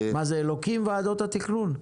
מה זה אלוקים ועדות התכנון.